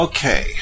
Okay